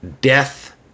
death